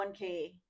1K